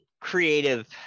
creative